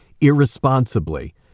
irresponsibly